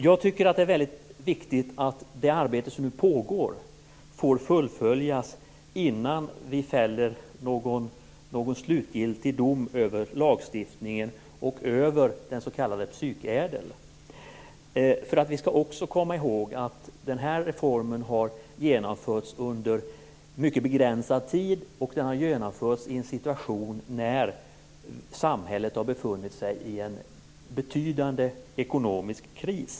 Jag tycker att det är väldigt viktigt att det arbete som nu pågår får fullföljas innan vi fäller någon slutgiltig dom över lagstiftningen och över den s.k. psykädel. Vi skall komma ihåg att reformen har genomförts under begränsad tid och i en situation när samhället har befunnit sig i en betydande ekonomisk kris.